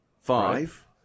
Five